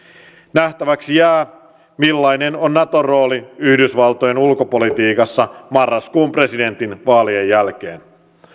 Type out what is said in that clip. nähtäväksi jää millainen on naton rooli yhdysvaltojen ulkopolitiikassa marraskuun presidentinvaalien jälkeen